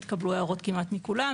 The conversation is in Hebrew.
התקבלו הערות כמעט מכולם,